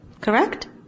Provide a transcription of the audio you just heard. Correct